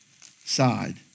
side